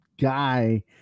guy